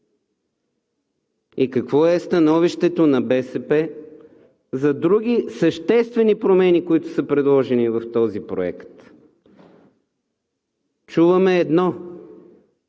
какво е становището на БСП за други съществени промени, които са предложени в този проект. Чуваме едно: